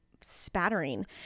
spattering